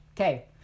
Okay